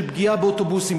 של פגיעה באוטובוסים,